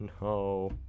No